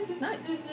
Nice